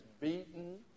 beaten